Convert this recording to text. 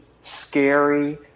scary